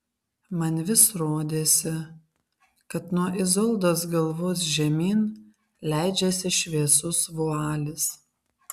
man vis rodėsi kad nuo izoldos galvos žemyn leidžiasi šviesus vualis